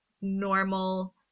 normal